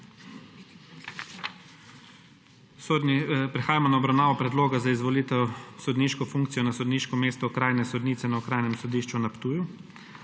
Prehajamo na obravnavo Predloga za izvolitev v sodniško funkcijo na sodniško mesto okrajne sodnice na Okrajnem sodišču na Ptuju.